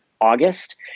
August